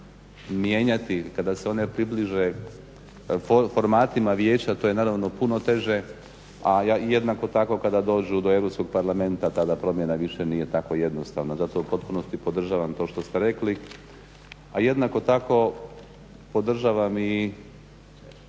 mijenjati kada se one približe formatima Vijeća. To je naravno puno teže, a i jednako tako kada dođu do Europskog parlamenta tada promjena više nije tako jednostavna. Zato u potpunosti podržavam to što ste rekli. A jednako tako podržavam i